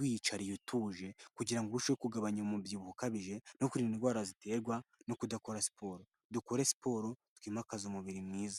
wiyicariye utuje kugirango ngo urusheho kugabanya umubyibuho ukabije no kuririnda indwara ziterwa no kudakora siporo. Dukore siporo twimakaze umubiri mwiza.